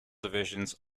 divisions